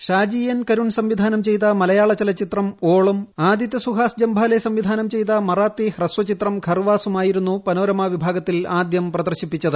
Shaji N Karun സംവിധാനം ചെയ്ത മലയാള ചലച്ചിത്രം ഓളും ആദിത്യ സുഹാസ് ജംഭാലേ സംവിധാനം ചെയ്ത മറാത്തി ഹ്രസ്വചിത്രം ഖർവാസും ആയിരുന്നു പനോരമ വിഭാഗത്തിൽ ആദ്യം പ്രദർശിപ്പിച്ചത്